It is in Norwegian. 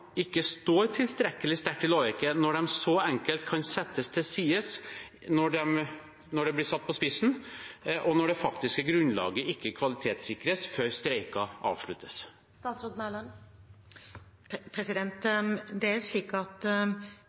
ikke justisministeren at ILO-konvensjonene ikke står tilstrekkelig sterkt i lovverket når de så enkelt kan settes til side når det blir satt på spissen, og når det faktiske grunnlaget ikke kvalitetssikres før streiker avsluttes? Det er slik at